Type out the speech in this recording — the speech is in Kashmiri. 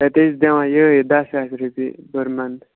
تَتہِ ٲسۍ دِوان یِہَے دَہ ساس رۄپیہِ پٔر منٛتھ